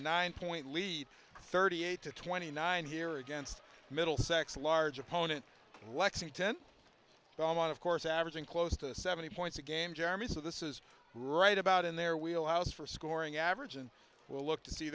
nine point lead thirty eight to twenty nine here against middlesex large opponent lexington almost of course averaging close to seventy points a game jeremy so this is right about in their wheel house for scoring average and we'll look to see